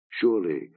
Surely